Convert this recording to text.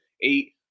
eight